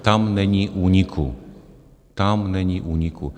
Tam není úniku, tam není úniku.